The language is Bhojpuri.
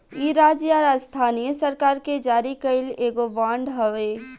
इ राज्य या स्थानीय सरकार के जारी कईल एगो बांड हवे